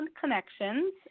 Connections